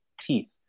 teeth